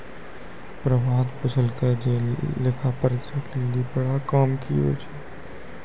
प्रभात पुछलकै जे लेखा परीक्षक लेली बड़ा काम कि होय छै?